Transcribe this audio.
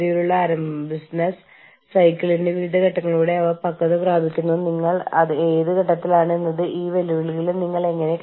അതിനാൽ അവരുടെ സ്ഥാപനത്തിൽ സംഭവിച്ചേക്കാവുന്ന ഏത് സ്ട്രൈക്കുകളും നേരിടാൻ സംഘടനകൾക്ക് എടുക്കാൻ കഴിയുന്ന ഏത് തരത്തിലുള്ള നിയമങ്ങൾ ഉപയോഗിച്ചാണ് നടപടി നിയന്ത്രിക്കുന്നത്